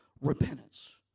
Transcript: repentance